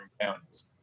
counties